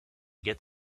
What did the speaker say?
get